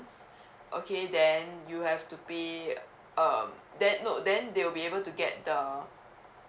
okay then you have to be um then no then they will be able to get the